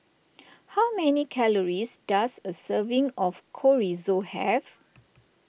how many calories does a serving of Chorizo have